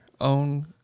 own